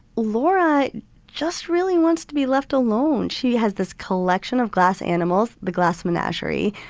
laura just really wants to be left alone. she has this collection of glass animals, the glass menagerie,